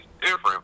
different